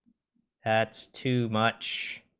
that's too much